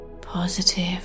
positive